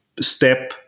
step